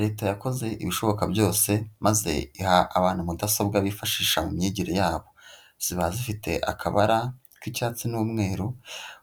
Leta yakoze ibishoboka byose maze iha abantu mudasobwa bifashisha mu myigire yabo, ziba zifite akabara k'icyatsi n'umweru